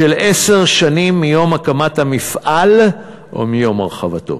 של עשר שנים מיום הקמת המפעל או מיום הרחבתו.